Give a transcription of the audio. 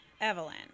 Evelyn